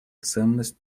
ценность